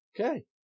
Okay